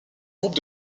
groupe